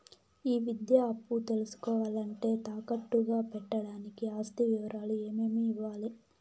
ఈ విద్యా అప్పు తీసుకోవాలంటే తాకట్టు గా పెట్టడానికి ఆస్తి వివరాలు ఏమేమి ఇవ్వాలి?